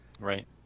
Right